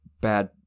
bad